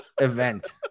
event